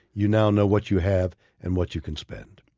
you now know what you have and what you can spend.